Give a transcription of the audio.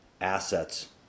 assets